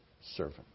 servant